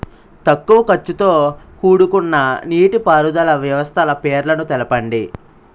తక్కువ ఖర్చుతో కూడుకున్న నీటిపారుదల వ్యవస్థల పేర్లను తెలపండి?